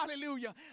Hallelujah